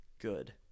good